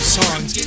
songs